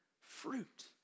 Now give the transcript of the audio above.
fruit